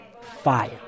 Fire